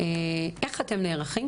איך אתם נערכים?